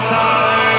time